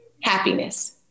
happiness